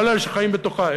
כל אלה שחיים בתוכה,